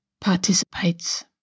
participates